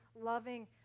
loving